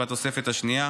והתוספת השנייה.